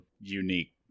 unique